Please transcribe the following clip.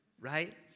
right